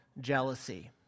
jealousy